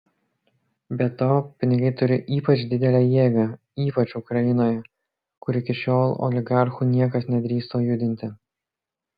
be to pinigai turi ypač didelę jėgą ypač ukrainoje kur iki šiol oligarchų niekas nedrįso judinti